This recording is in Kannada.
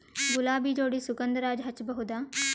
ಗುಲಾಬಿ ಜೋಡಿ ಸುಗಂಧರಾಜ ಹಚ್ಬಬಹುದ?